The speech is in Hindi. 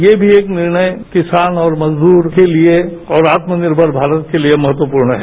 ये भी एक निर्णय किसान और मजदूर के लिए और आत्मनिर्मर भारत के लिए महत्वपूर्ण है